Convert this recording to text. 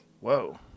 whoa